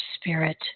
spirit